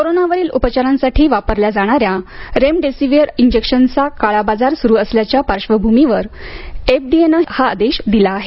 कोरोनावरील उपचारांसाठी वापरल्या जाणाऱ्या रेमडेसिव्हिर इंजेक्शनचा काळा बाजार सुरू असल्याच्या पार्श्वभूमीवर एफ डी ए नं हा आदेश दिला आहे